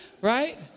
Right